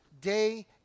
day